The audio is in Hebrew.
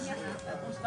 שעל סדר-היום.